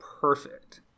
perfect